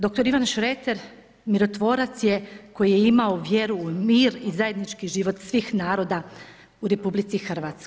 Dr. Ivan Šreter mirotvorac je koji je imao vjeru u mir i zajednički život svih naroda u RH.